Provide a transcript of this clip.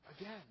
again